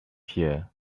here